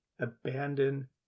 abandon